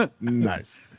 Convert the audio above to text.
Nice